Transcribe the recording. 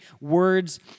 words